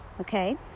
Okay